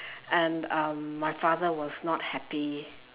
and um my father was not happy